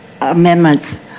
amendments